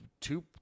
two